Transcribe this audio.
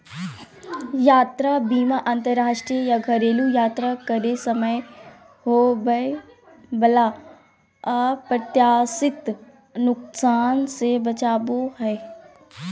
यात्रा बीमा अंतरराष्ट्रीय या घरेलू यात्रा करे समय होबय वला अप्रत्याशित नुकसान से बचाबो हय